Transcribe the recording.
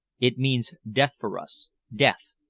it means death for us death.